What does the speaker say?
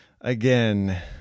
Again